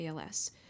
ALS